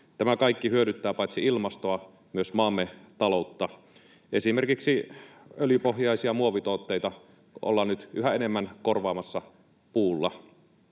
Tämä kaikki hyödyttää paitsi ilmastoa myös maamme taloutta. Esimerkiksi öljypohjaisia muovituotteita ollaan nyt yhä enemmän korvaamassa puulla,